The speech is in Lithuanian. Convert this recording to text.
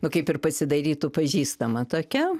nu kaip ir pasidarytų pažįstama tokia